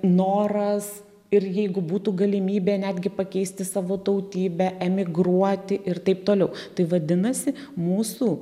noras ir jeigu būtų galimybė netgi pakeisti savo tautybę emigruoti ir taip toliau tai vadinasi mūsų